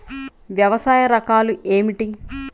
వ్యవసాయ రకాలు ఏమిటి?